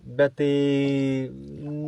bet tai n